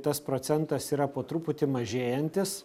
tas procentas yra po truputį mažėjantis